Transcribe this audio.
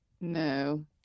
No